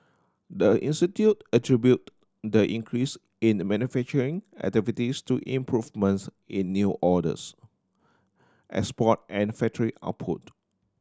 the institute attributed the increase in a manufacturing activities to improvements in new orders export and factory output